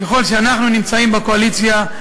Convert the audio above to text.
ככל שאנחנו נמצאים בקואליציה,